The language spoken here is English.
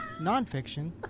nonfiction